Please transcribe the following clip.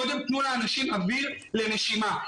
קודם תנו לאנשים אוויר לנשימה.